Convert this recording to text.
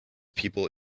people